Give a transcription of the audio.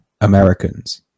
Americans